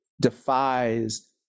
defies